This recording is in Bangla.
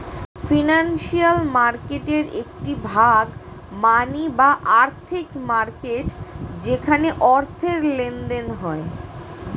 ফিনান্সিয়াল মার্কেটের একটি ভাগ মানি বা আর্থিক মার্কেট যেখানে অর্থের লেনদেন হয়